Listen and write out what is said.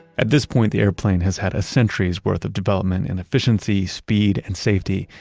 at this point, the airplane has had a century's worth of development in efficiency, speed, and safety,